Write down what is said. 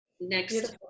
next